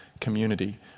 community